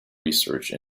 research